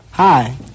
Hi